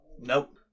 nope